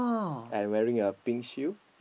and wearing a pink shoe